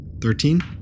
Thirteen